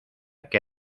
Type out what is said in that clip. que